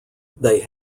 they